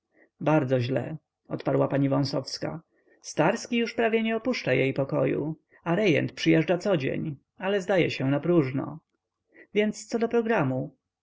bardzo źle odparła pani wąsowska starski już prawie nie opuszcza jej pokoju a rejent przyjeżdża codzień ale zdaje się napróżno więc co do programu